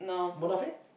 Munafik